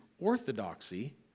orthodoxy